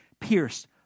pierced